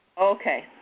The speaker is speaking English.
Okay